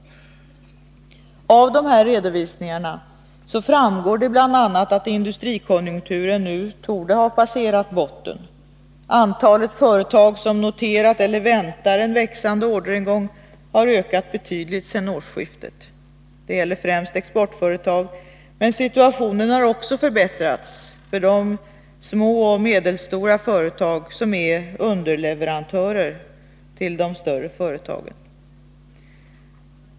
Av redovisningarna framgår det bl.a. att industrikonjunkturen nu torde ha passerat botten. Antalet företag som noterat eller väntar en växande orderingång har ökat betydligt sedan årsskiftet. Det gäller främst exportföretag, men situationen har förbättrats också för de små och medelstora företag som är underleverantörer till de större företagen.